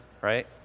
right